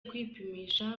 kwipimisha